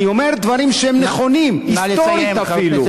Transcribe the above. אני אומר דברים שהם נכונים, היסטורית אפילו.